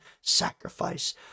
sacrifice